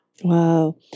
Wow